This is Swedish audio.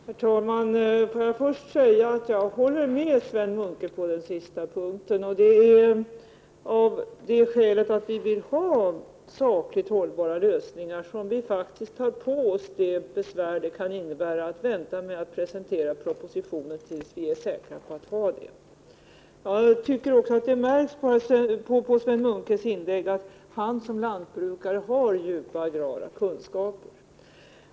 Herr talman! Låt mig först säga att jag håller med Sven Munke på den sista punkten. Det är för att vi vill ha sakligt hållbara lösningar som vi tar på oss det besvär det faktiskt kan innebära att vänta med att presentera propositionen tills vi är säkra på att ha det. Jag tycker också att det märks på Sven Munkes inlägg att han som lantbrukare har djupa agrara kunskaper.